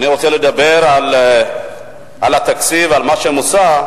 אני רוצה לדבר על התקציב, על מה שמוצע,